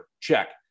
check